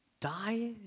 Die